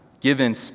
given